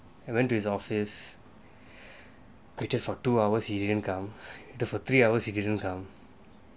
I went to his office waited for two hours he didn't come waited for three hours he didn't come